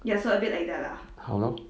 好 lor